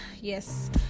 yes